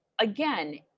again